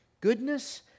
goodness